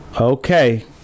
Okay